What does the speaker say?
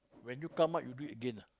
when you come out you do it again ah